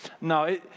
No